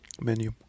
menu